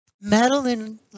Madeline